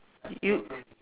you